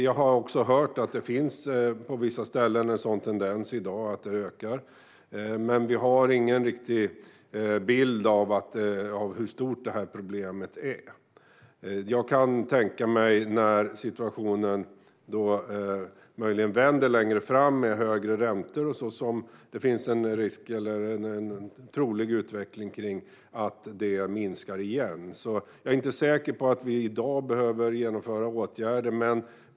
Jag har hört att det finns en sådan tendens på vissa ställen i dag och att den ökar, men vi har ingen riktig bild av hur stort problemet är. När situationen möjligen vänder längre fram med högre räntor och sådant kan jag tänka mig att det finns en risk eller en trolig utveckling att det minskar igen, så jag är inte säker på att vi i dag behöver vidta några åtgärder.